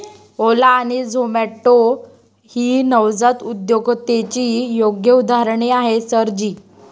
ओला आणि झोमाटो ही नवजात उद्योजकतेची योग्य उदाहरणे आहेत सर जी